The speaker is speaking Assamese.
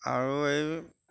আৰু এই